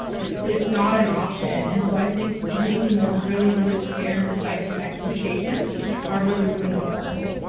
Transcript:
it's just not an option. and so i think making those really, really clear and decisive expectations are really, really important?